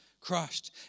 crushed